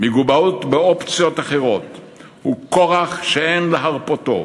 מגובות באופציות אחרות הוא כורח שאין להרפותו